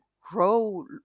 grow